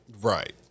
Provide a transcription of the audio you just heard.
Right